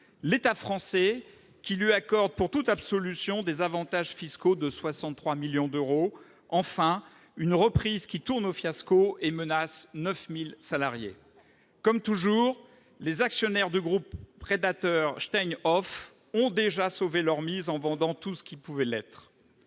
l'État français qui lui accorde, en guise d'absolution, des avantages fiscaux à hauteur de 63 millions d'euros ; enfin, une reprise qui tourne au fiasco et menace 9 000 salariés. Comme toujours, les actionnaires du groupe prédateur, Steinhoff, en l'occurrence, ont déjà sauvé leur mise en vendant tout ce qui pouvait l'être.